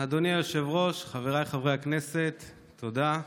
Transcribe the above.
אדוני היושב-ראש, חבריי חברי הכנסת, תודה.